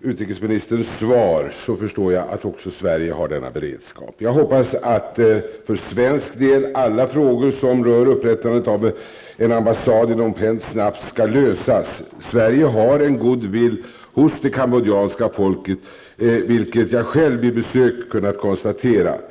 utrikesministerns svar förstår jag att också Sverige har denna beredskap. För svensk del hoppas jag att alla frågor som rör upprättandet av en ambassad i Phnom Penh skall lösas snabbt. Sverige har en goodwill hos det cambodjanska folket, vilket jag själv har kunnat konstatera vid besök.